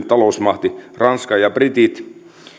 talousmahdit ranska ja britit